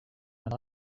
and